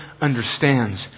understands